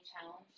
challenge